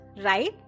right